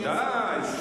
בוודאי.